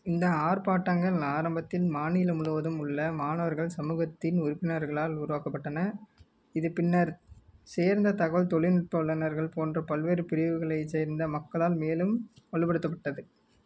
இந்த ஆர்ப்பாட்டங்கள் ஆரம்பத்தில் மாநிலம் முழுவதும் உள்ள மாணவர்கள் சமூகத்தின் உறுப்பினர்களால் உருவாக்கப்பட்டன இது பின்னர் சேர்ந்த தகவல் தொழில்நுட்ப வல்லுநர்கள் போன்ற பல்வேறு பிரிவுகளைச் சேர்ந்த மக்களால் மேலும் வலுப்படுத்தப்பட்டது